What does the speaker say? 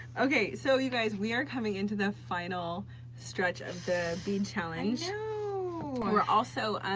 ok, so you guys we are coming into the final stretch of the bead challenge we're also